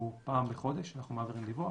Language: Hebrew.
פעם בחודש אנחנו מעבירים דיווח.